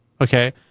Okay